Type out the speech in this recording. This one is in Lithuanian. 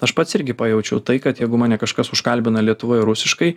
aš pats irgi pajaučiau tai kad jeigu mane kažkas užkalbina lietuvoj rusiškai